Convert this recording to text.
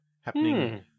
Happening